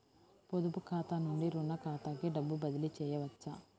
పొదుపు ఖాతా నుండీ, రుణ ఖాతాకి డబ్బు బదిలీ చేయవచ్చా?